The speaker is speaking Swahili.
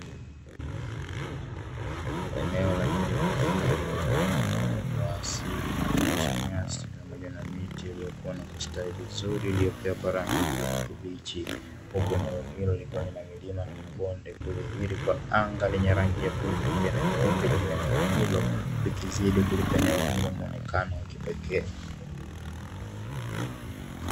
Eneo la kijiografia linazunguka na uoto wa asili unajumuisha nyasi pamoja na miti iliyokua na kustawi vizuri iliyopea kwa rangi kijani kibichi, huku eneo hilo likiwa lina milima na mabonde, kudhihiri kwa anga lenye rangi ya bluu pamoja na nyeupe juu eneo hilo likizidi kulipe eneo hilo muonekano wa kipekee.